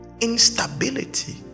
instability